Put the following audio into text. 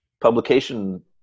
publication